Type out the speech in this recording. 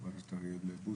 כפי שאמרו חבריי, ודאי